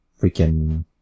Freaking